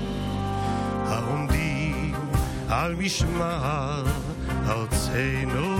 העומדים על משמר ארצנו